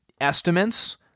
Estimates